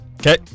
Okay